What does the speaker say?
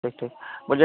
ঠিক ঠিক বলছি